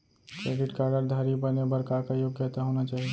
Credit card धारी बने बर का का योग्यता होना चाही?